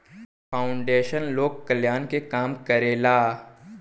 foundation लोक कल्याण के काम करेला